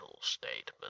statement